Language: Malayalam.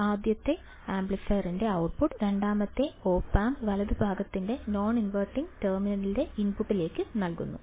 ആദ്യത്തെ ആംപ്ലിഫയറിന്റെ ഔട്ട്പുട്ട് രണ്ടാമത്തെ ഓപ് ആമ്പ് വലതുഭാഗത്തിന്റെ നോൺ ഇൻവെർട്ടിംഗ് ടെർമിനലിന്റെ ഇൻപുട്ടിലേക്ക് നൽകുന്നു